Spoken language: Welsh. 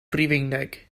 rufeinig